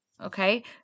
Okay